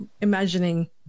imagining